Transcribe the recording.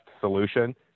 solution